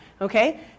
okay